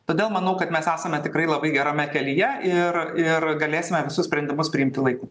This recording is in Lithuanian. todėl manau kad mes esame tikrai labai gerame kelyje ir ir galėsime visus sprendimus priimti laiku